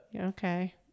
Okay